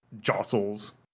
jostles